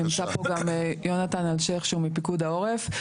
נמצא פה גם יונתן אלשייך, שהוא מפיקוד העורף.